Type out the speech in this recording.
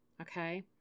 okay